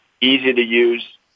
easy-to-use